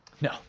No